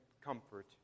comfort